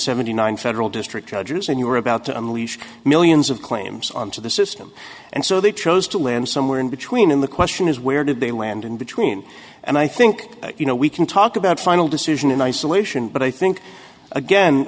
seventy nine federal district judges and you were about to unleash millions of claims on to the system and so they chose to land somewhere in between in the question is where did they land in between and i think you know we can talk about final decision in isolation but i think again